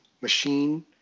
machine